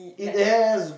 like